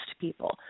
people